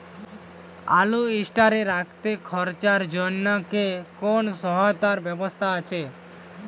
আলু স্টোরে রাখতে খরচার জন্যকি কোন সহায়তার ব্যবস্থা আছে?